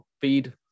feed